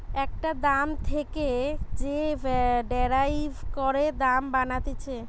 একটা দাম থেকে যে ডেরাইভ করে দাম বানাতিছে